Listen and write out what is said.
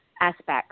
aspects